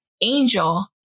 Angel